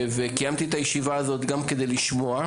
קיימתי את הישיבה הזאת גם כדי לשמוע,